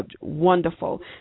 wonderful